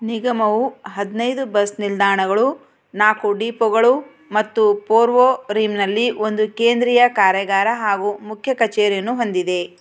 ನಿಗಮವು ಹದಿನೈದು ಬಸ್ ನಿಲ್ದಾಣಗಳು ನಾಲ್ಕು ಡಿಪೊಗಳು ಮತ್ತು ಪೋರ್ವೊರಿಮ್ನಲ್ಲಿ ಒಂದು ಕೇಂದ್ರಿಯ ಕಾರ್ಯಾಗಾರ ಹಾಗೂ ಮುಖ್ಯ ಕಚೇರಿಯನ್ನು ಹೊಂದಿದೆ